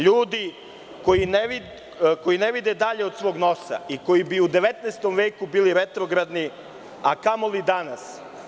Ljudi koji ne vide dalje od svog nosa i koji bi u 19. veku bili retrogradni a kamoli danas.